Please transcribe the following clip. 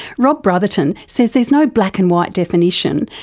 rob brotherton says there's no black and white definition,